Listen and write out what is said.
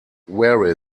wear